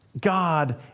God